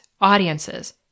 audiences